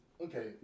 okay